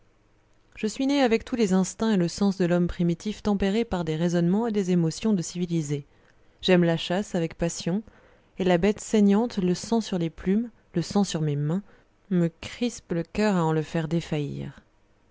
je suis né avec tous les instincts et les sens de l'homme primitif tempérés par des raisonnements et des émotions de civilisé j'aime la chasse avec passion et la bête saignante le sang sur les plumes le sang sur mes mains me crispent le coeur à le faire défaillir